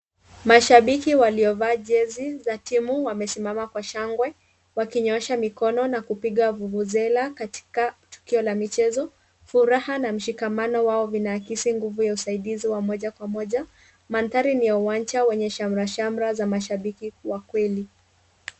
Mashabiki waliovaa jezi za timu wamesimama kwa shangwe wakinyoosha mikono na kupiga vuvuzela katika tukio la michezo. Furaha na mshikamano wao vinahakisi nguvu ya usaidizi wa moja kwa moja. Mandhari ni ya uwanja wenye shamrashamra za mashabiki wa kweli.